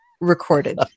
recorded